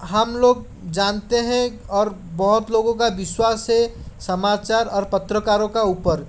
हम लोग जानते हैं और बहुत लोगों का विश्वास है समाचार और पत्रकारों का ऊपर